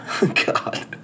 God